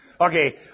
Okay